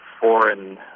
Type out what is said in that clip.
foreign